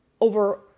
over